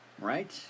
Right